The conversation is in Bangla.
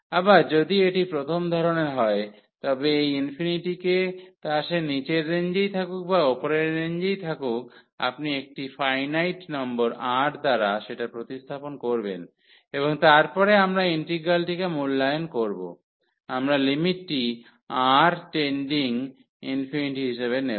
আবার যদি এটি প্রথম ধরণের হয় তবে এই ইনফিনিটিকে তা সে নীচের রেঞ্জেই থাকুক বা উপরের রেঞ্জেই থাকুক আপনি একটি ফাইনাইট নম্বর R দ্বারা সেটা প্রতিস্থাপন করবেন এবং তারপরে আমরা ইন্টিগ্রালটিকে মূল্যায়ন করব আমরা লিমিটটি R টেন্ডিং ∞ হিসাবে নেব